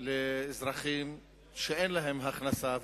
לאזרחים שאין להם הכנסה,